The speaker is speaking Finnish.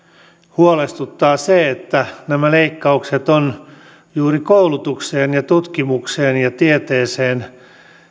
huolestuttaa se että nämä leikkaukset juuri koulutukseen ja tutkimukseen ja tieteeseen ovat